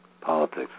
politics